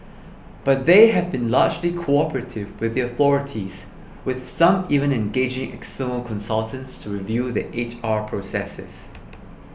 but they have been largely cooperative with the authorities with some even engaging external consultants to review their H R processes